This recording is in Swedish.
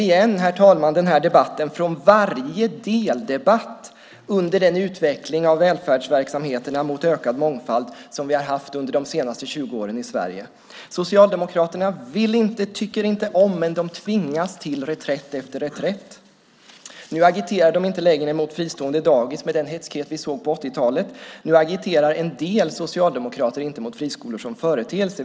Vi känner igen den här debatten från varje deldebatt under den utveckling av välfärdsverksamheterna mot ökad mångfald som vi har haft under de senaste 20 åren i Sverige. Socialdemokraterna vill inte och tycker inte om, men de tvingas till reträtt efter reträtt. Nu agiterar de inte längre mot fristående dagis med den hätskhet vi såg på 80-talet. Nu agiterar en del socialdemokrater inte mot friskolor som företeelse.